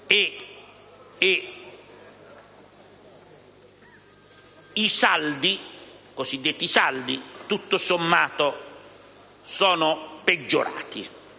entrate, e i cosiddetti saldi, tutto sommato, sono peggiorati.